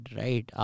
right